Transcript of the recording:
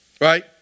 right